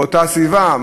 באותה סביבה,